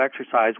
exercise